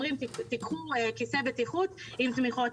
אומרים: קחו כיסא בטיחות עם תמיכות.